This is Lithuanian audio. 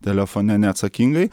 telefone neatsakingai